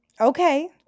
okay